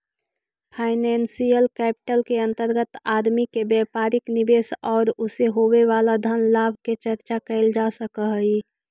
financial capital के अंतर्गत आदमी के व्यापारिक निवेश औउर उसे होवे वाला धन लाभ के चर्चा कैल जा सकऽ हई